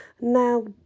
Now